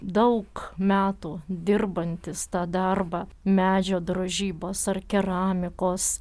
daug metų dirbantis tą darbą medžio drožybos ar keramikos